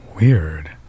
weird